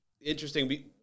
Interesting